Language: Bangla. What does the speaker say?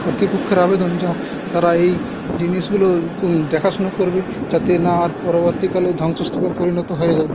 কতৃপক্ষের আবেদন যা তারা এই জিনিসগুলো দেখা শুনো করবে যাতে না আর পরবর্তীকালে ধ্বংসস্তূপে পরিণত হয়ে যায়